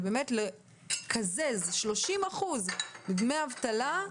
לקזז 30% מדמי אבטלה,